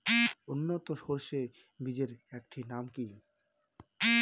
উন্নত সরষে বীজের একটি নাম কি?